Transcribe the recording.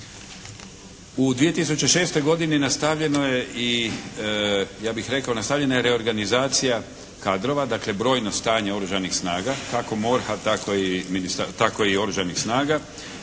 ja bih rekao nastavljena je reorganizacija kadrova, dakle brojno stanje oružanih snaga, kako MORH-a, tako i oružanih snaga